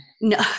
no